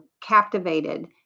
captivated